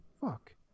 Fuck